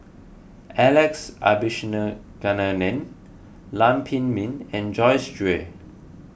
Alex Abisheganaden Lam Pin Min and Joyce Jue